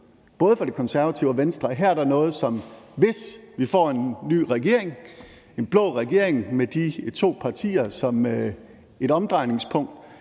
både fra De Konservative og Venstres side, at her er der noget, som, hvis vi får en ny regering, en blå regering med de to partier som et omdrejningspunkt,